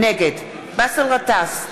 נגד באסל גטאס,